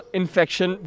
infection